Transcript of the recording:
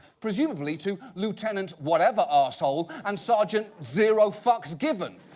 presumably to lieutenant whatever, asshole, and sergeant zero fucks given.